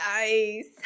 Nice